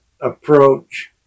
approach